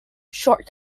short